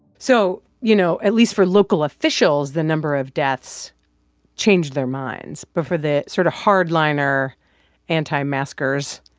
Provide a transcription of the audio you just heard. so, you know, at least for local officials, the number of deaths changed their minds. but for the sort of hard-liner anti-maskers,